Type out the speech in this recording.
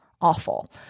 awful